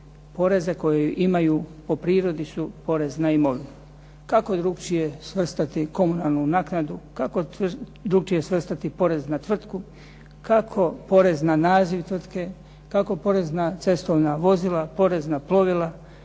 poreze koji po prirodi su porezi na imovinu. Kako drukčije svrstati komunalnu naknadu, kako drukčije svrstati porez na tvrtku, kako porez na naziv tvrtke, kako porez na cestovna vozila, porez na plovila